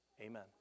Amen